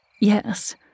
Yes